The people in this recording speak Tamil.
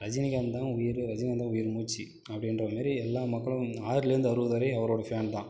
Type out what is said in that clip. ரஜினிகாந்த் தான் உயிர் ரஜினிகாந்த் தான் உயிர் மூச்சி அப்படின்ற மாதிரி எல்லா மக்களும் ஆறுலேருந்து அறுபது வரையும் அவரோட ஃபேன் தான்